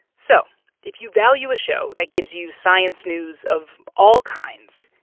so if you value a show that gives you science news of all kinds,